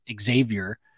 Xavier